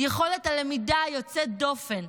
יכולת הלמידה היוצאת דופן,